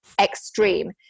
extreme